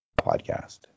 podcast